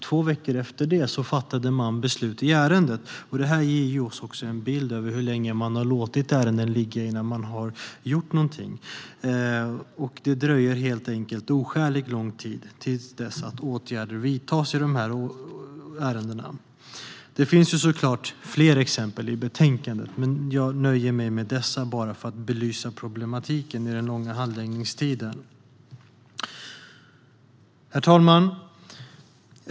Två veckor efter det fattade man beslut i ärendet. Detta ger oss en bild av hur länge man låtit ärenden ligga innan man har gjort något. Det dröjer helt enkelt oskäligt lång tid innan åtgärder vidtas i dessa ärenden. Det finns såklart fler exempel i betänkandet, men jag nöjer mig med dessa för att belysa problematiken med den långa handläggningstiden. Herr talman!